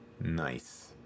Nice